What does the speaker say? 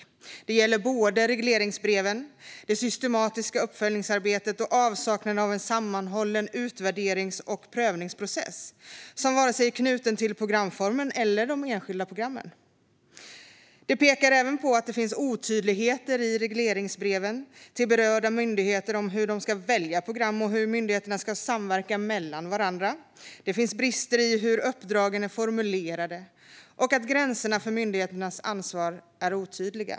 Detta gäller både regleringsbreven, det systematiska uppföljningsarbetet och avsaknaden av en sammanhållen utvärderings och prövningsprocess som varken är knuten till programformen eller till de enskilda programmen. Man pekar även på att det finns otydligheter i regleringsbreven till berörda myndigheter om hur de ska välja program och hur myndigheterna ska samverka med varandra, att det finns brister i hur uppdragen är formulerade och att gränserna för myndigheternas ansvar är otydliga.